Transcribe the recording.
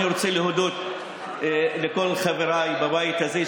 אני רוצה להודות לכל חבריי בבית הזה,